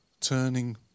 turning